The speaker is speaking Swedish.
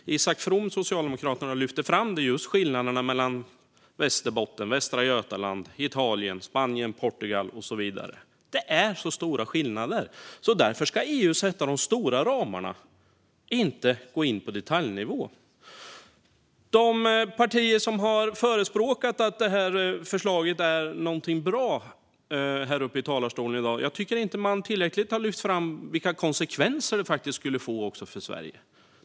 Isak From, Socialdemokraterna, lyfte fram just skillnaderna mellan Västerbotten, Västra Götaland, Italien, Spanien och Portugal och så vidare. Det är stora skillnader. Därför ska EU sätta de stora ramarna, inte gå in på detaljnivå. Det är partier som här i talarstolen i dag har sagt att detta förslag är bra. Jag tycker inte att man tillräckligt har lyft fram vilka konsekvenser det faktiskt skulle få också för Sverige.